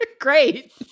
great